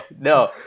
no